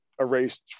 erased